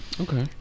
Okay